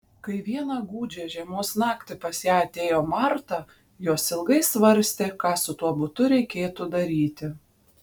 kai vieną gūdžią žiemos naktį pas ją atėjo marta jos ilgai svarstė ką su tuo butu reikėtų daryti